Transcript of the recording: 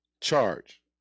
Charge